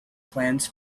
plans